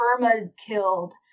perma-killed